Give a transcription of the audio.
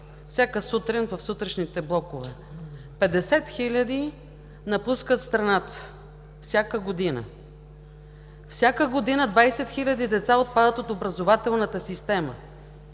всяка сутрин в сутрешните блокове: петдесет хиляди напускат страната всяка година; всяка година 20 хиляди деца отпадат от образователната система;